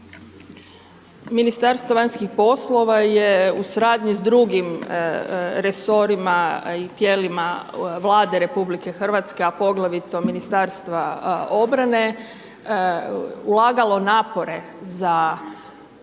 Ministarstvo vanjskih poslova u suradnji s drugim resorima i tijelima Vlade RH a poglavito Ministarstva obrane, ulagalo napore za kupnju